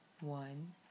one